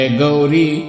Gauri